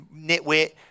nitwit